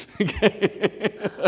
Okay